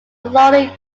lonely